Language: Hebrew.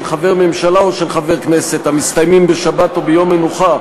חבר ממשלה או של חבר הכנסת המסתיימים בשבת או ביום מנוחה,